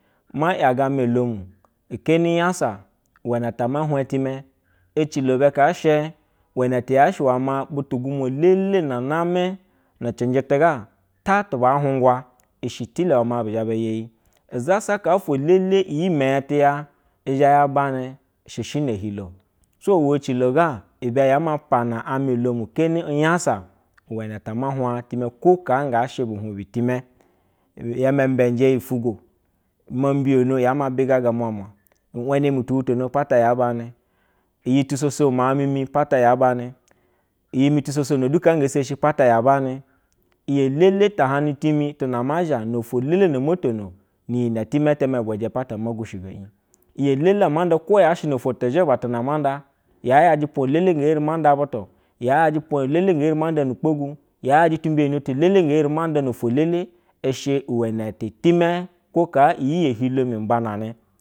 Ma-yaga ame domu heeni nyasa luwezan ta ama hwa itime ecilo be haa she uweni ti yashɛ wehe butu gumna lele name na cinjɛ tu ta tuba hungwa she tele uwama be zhe ba iyi i zasa ka fwo lele iyi me tiya izhe ya bani sheshene ehilo o so we ecilo ga ibe yama oane ame olomu kaeni nyasa uwane tama hwa time ko haa she bu hwe be time yeme mbeje yi fugdo imbiyo yama bigaga muamua iwene mutu lutaro pata ya kane iyi tusoso mawu munu pata ya bane iyilele ama nda ko yashe no ofo tizhiba tuna ama nda yaje pwa elae na nge mande butu yayase pwa yase pwana ge eri manda yaje pwa elele ge eri manda nu kpogu yajɛ timbiyono elele ge eri manda ni fwo elele ishɛ uwene time le ka ko koa imi yo ohim namba na ame.